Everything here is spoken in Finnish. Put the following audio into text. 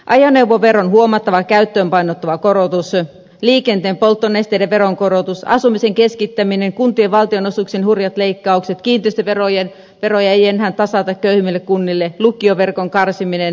ajoneuvoveron huomattava käyttöön painottuva korotus liikenteen polttonesteiden veron korotus asumisen keskittäminen kuntien valtionosuuksien hurjat leikkaukset kiinteistöveroja ei enää tasata köyhimmille kunnille lukioverkon karsiminen ja niin edelleen